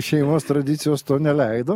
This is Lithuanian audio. šeimos tradicijos to neleido